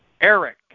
Eric